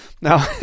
Now